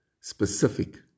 specific